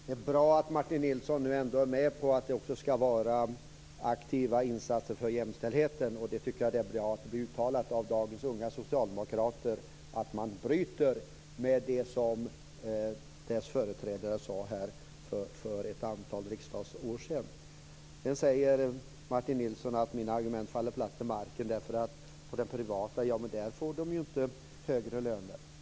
Herr talman! Det är bra att Martin Nilsson nu ändå är med på att det skall göras aktiva insatser för jämställdheten. Det är bra att det uttalas av dagens unga socialdemokrater att man bryter med det som deras företrädare här sade för ett antal riksdagsår sedan. Sedan säger Martin Nilsson att mina argument faller platt till marken därför att man inte får högre lön på den privata marknaden.